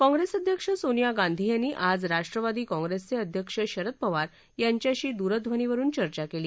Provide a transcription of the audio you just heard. काँग्रेस अध्यक्ष सोनिया गांधी यांनी आज राष्ट्रवादी काँग्रेसचे अध्यक्ष शरद पवार यांच्याशी दूरध्वनीवरुन चर्चा केली